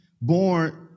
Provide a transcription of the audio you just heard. born